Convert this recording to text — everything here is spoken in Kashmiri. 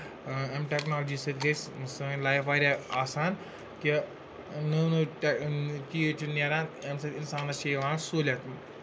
اَمہِ ٹٮ۪کنالجی سۭتۍ گٔے سٲنۍ لایف واریاہ آسان کہِ نٔو نٔو ٹےٚ چیٖز چھُ نیران اَمہِ سۭتۍ اِنسانَس چھِ یِوان سہوٗلیت